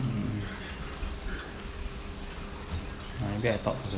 maybe I talk to the